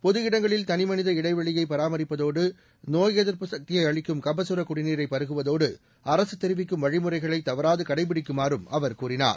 பொது இடங்களில் தனிமனித இடைவெளியை பராமரிப்பதோடு நோய் எதிர்ப்பு சக்தியை அளிக்கும் கபகர குடிநீரை பருகுவதோடு அரசு தெரிவிக்கும் வழிமுறைகளை தவறாது கடைபிடிக்குமாறும் அவர் கூறினார்